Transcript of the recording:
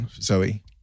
Zoe